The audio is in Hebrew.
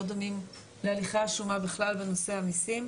דומים להליכי השומה בכלל בנושא המיסים.